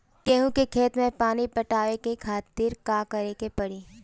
गेहूँ के खेत मे पानी पटावे के खातीर का करे के परी?